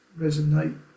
resonate